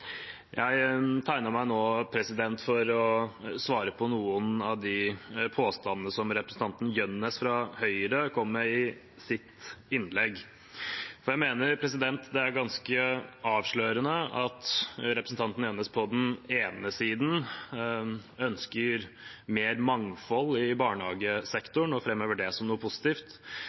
Jeg tegnet meg nå for å svare på noen av de påstandene som representanten Jønnes fra Høyre kom med i sitt innlegg. For jeg mener det er ganske avslørende at representanten Jønnes på den ene siden ønsker mer mangfold i barnehagesektoren og framhever det som noe positivt,